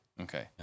Okay